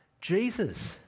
Jesus